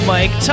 Mike